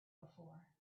before